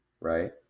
right